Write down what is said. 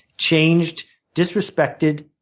changed disrespected,